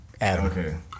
Adam